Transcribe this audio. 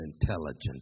intelligent